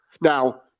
Now